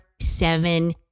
seven